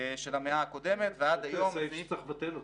של המאה הקודמת ועד היום --- זה יותר סעיף שצריך לבטל אותו.